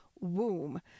womb